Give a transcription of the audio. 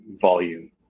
volume